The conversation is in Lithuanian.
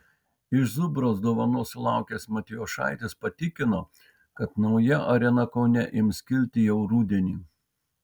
iš zubraus dovanos sulaukęs matijošaitis patikino kad nauja arena kaune ims kilti jau rudenį